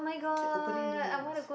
keep opening new ones